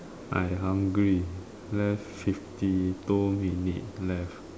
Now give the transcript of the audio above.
I hungry left fifty two minutes left